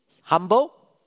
humble